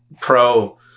pro